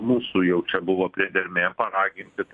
mūsų jau čia buvo priedermė paraginti